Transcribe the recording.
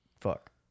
Fuck